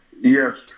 Yes